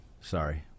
Sorry